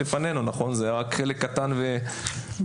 זה רק חלק קטן ומזערי,